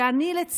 ואני, לצערי,